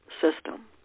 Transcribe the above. system